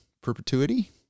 perpetuity